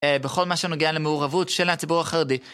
בכל מה שנוגע למעורבות של הציבור החרדי.